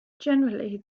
generally